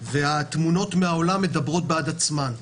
והתמונות מהעולם מדברות בעד עצמן.